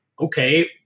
Okay